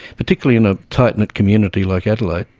particularly in a tight knit community like adelaide,